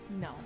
No